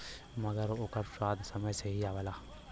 मगर ओकर स्वाद समय से ही आवला